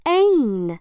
ain